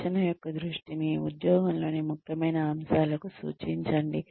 శిక్షణ యొక్క దృష్టిని ఉద్యోగంలోని ముఖ్యమైన అంశాలకు సూచించండి